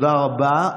תודה רבה.